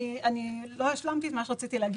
אני לא השלמתי את מה שרציתי להגיד.